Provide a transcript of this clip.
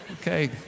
Okay